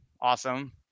Awesome